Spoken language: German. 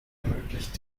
ermöglicht